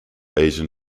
asian